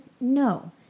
no